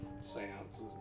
seances